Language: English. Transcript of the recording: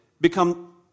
become